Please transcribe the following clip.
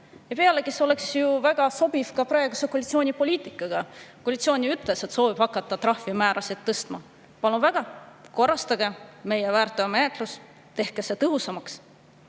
pealegi, see oleks ju väga sobiv ka praeguse koalitsiooni poliitikaga. Koalitsioon on öelnud, et neil on soov hakata trahvimäärasid tõstma. Palun väga, korrastage meie väärteomenetlus, tehke see tõhusamaks!